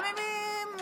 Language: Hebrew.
גם אם היא מופסדת,